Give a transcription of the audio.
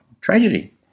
tragedy